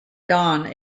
dawn